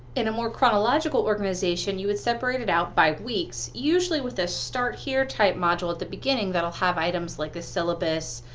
in a more chronological organization, you would separate it out by weeks, usually with a start here type module at the beginning that'll have items like a syllabus,